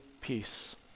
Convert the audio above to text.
peace